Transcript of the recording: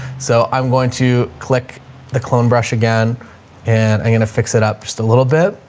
so i'm going to click the clone brush again and i'm going to fix it up just a little bit.